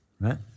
right